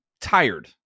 tired